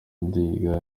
ndiga